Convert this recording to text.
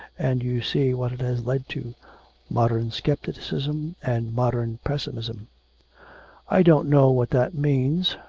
and you see what it has led to modern scepticism and modern pessimism i don't know what that means,